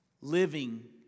living